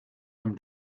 him